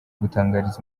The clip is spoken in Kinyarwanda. gutangariza